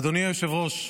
אדוני היושב-ראש,